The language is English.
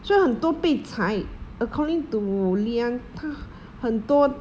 所以很多被裁 according to leanne 她很多